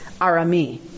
Arami